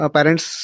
Parents